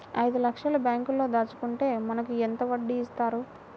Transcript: ఐదు లక్షల బ్యాంక్లో దాచుకుంటే మనకు ఎంత వడ్డీ ఇస్తారు?